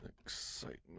Excitement